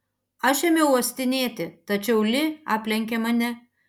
aš ėmiau uostinėti tačiau li aplenkė mane